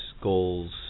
goals